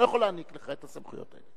אני לא יכול להעניק לך את הסמכויות האלה.